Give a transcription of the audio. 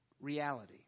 reality